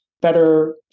better